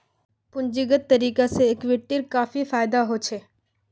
पूंजीगत तरीका से इक्विटीर काफी फायेदा होछे